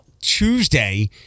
Tuesday